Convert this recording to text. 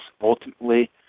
ultimately